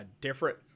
different